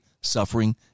suffering